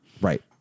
Right